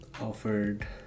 offered